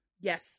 Yes